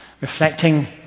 reflecting